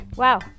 Wow